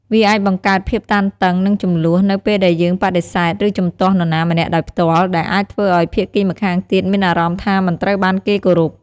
វាអាចបង្កើតភាពតានតឹង និងជម្លោះ នៅពេលដែលយើងបដិសេធ ឬជំទាស់នរណាម្នាក់ដោយផ្ទាល់ ដែលអាចធ្វើឲ្យភាគីម្ខាងទៀតមានអារម្មណ៍ថាមិនត្រូវបានគេគោរព ។